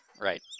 right